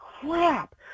crap